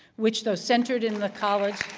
which, though centered in the college